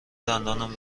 دندانم